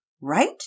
right